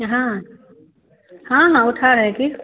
हाँ हाँ हाँ उठा है कि